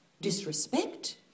disrespect